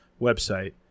website